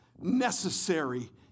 necessary